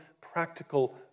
practical